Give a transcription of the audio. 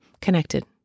connected